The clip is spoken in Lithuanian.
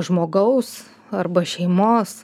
žmogaus arba šeimos